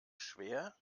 schwer